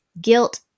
Guilt